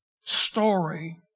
story